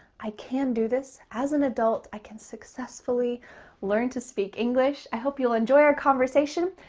i can do this as an adult. i can successfully learn to speak english. i hope you'll enjoy our conversation.